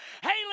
Haley